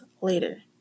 later